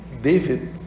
David